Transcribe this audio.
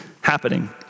happening